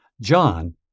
John